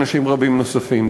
אנשים רבים נוספים.